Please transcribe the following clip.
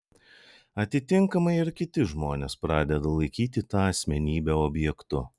atitinkamai ir kiti žmonės pradeda laikyti tą asmenybę objektu